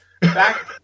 back